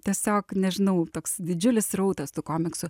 tiesiog nežinau toks didžiulis srautas tų komiksų